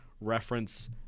reference